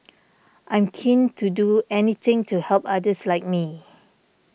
I'm keen to do anything to help others like me